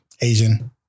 Asian